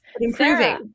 improving